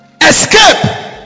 Escape